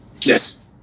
Yes